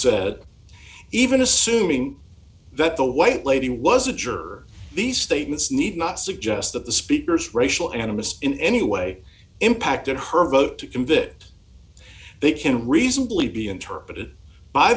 said even assuming that the white lady was a jerk these statements need not suggest that the speaker's racial animus in any way impacted her vote to convict they can reasonably be interpreted by